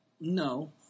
No